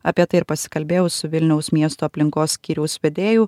apie tai ir pasikalbėjau su vilniaus miesto aplinkos skyriaus vedėju